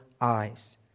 eyes